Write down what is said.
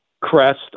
crest